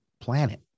planet